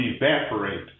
evaporate